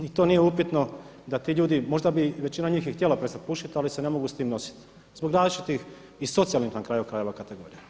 Ni to nije upitno da ti ljudi možda bi većina njih i htjela prestati pušiti ali se ne mogu s tim nositi zbog različitih i socijalnih na kraju krajeva kategorija.